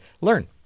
learn